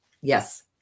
Yes